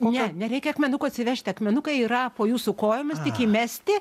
ne nereikia akmenukų atsivežti akmenukai yra po jūsų kojomis tik įmesti